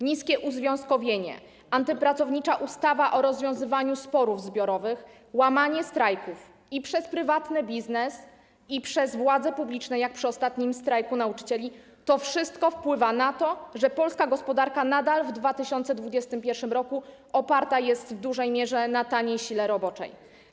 Niskie uzwiązkowienie, antypracownicza ustawa o rozwiązywaniu sporów zbiorowych, łamanie strajków i przez prywatny biznes, i przez władze publiczne jak przy ostatnim strajku nauczycieli - to wszystko wpływa na to, że polska gospodarka nadal w 2021 r. oparta jest w dużej mierze na taniej sile roboczej.